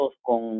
con